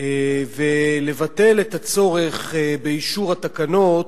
ולבטל את הצורך באישור התקנות